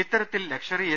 ഇത്തരത്തിൽ luxury A